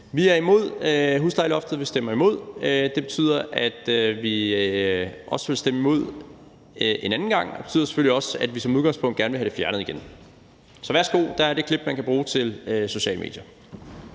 Vi er imod huslejeloftet. Vi stemmer imod. Det betyder, at vi også vil stemme imod en anden gang, og det betyder selvfølgelig også, at vi som udgangspunkt gerne vil have det fjernet igen. Så værsgo – der er det klip, man kan bruge til sociale medier.